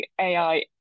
AI